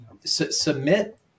submit